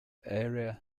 area